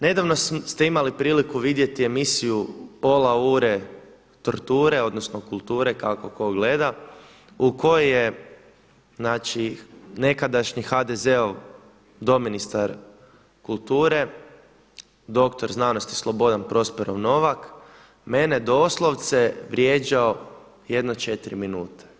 Nedavno ste imali priliku vidjeti emisiju Pola ure torture, odnosno kulture kako tko gleda u kojoj je, znači nekadašnji HDZ-ov doministar kulture doktor znanosti Slobodan Prosperov Novak mene doslovce vrijeđao jedno četiri minute.